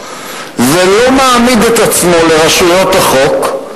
ולא מעמיד את עצמו לרשויות החוק,